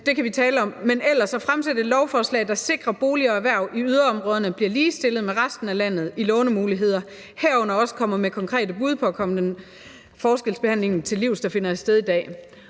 det kan vi tale om – at fremsætte et lovforslag, der sikrer, at boliger og erhverv i yderområderne bliver ligestillet med resten af landet i forhold til lånemuligheder, herunder også kommer med konkrete bud på at komme den forskelsbehandling, der finder sted i dag,